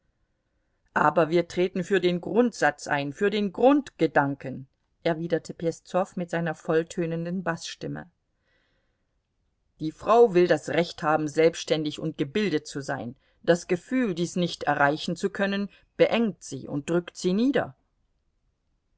aber wir treten für den grundsatz ein für den grundgedanken erwiderte peszow mit seiner volltönenden baßstimme die frau will das recht haben selbständig und gebildet zu sein das gefühl dies nicht erreichen zu können beengt sie und drückt sie nieder